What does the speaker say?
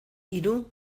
hiru